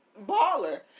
baller